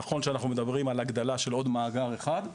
נכון שאנחנו מדברים על הגדלה של עוד מאגר אחד,